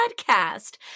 podcast